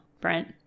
Brent